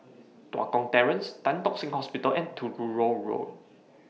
Tua Kong Terrace Tan Tock Seng Hospital and Truro Road